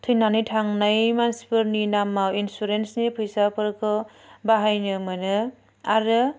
थैनानै थांनाय मानसिफोरनि नामाव इन्सुरेन्सनि फैसाफोरखौ बाहायनो मोनो आरो